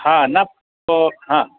હા ના પ હા